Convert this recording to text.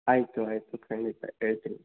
ಆಯಿತು ಆಯಿತು ಖಂಡಿತ ಹೇಳ್ತೀನಿ